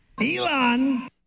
Elon